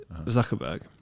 Zuckerberg